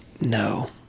No